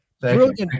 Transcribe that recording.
brilliant